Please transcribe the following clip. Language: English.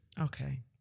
Okay